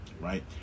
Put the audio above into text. right